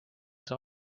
saa